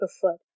preferred